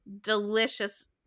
delicious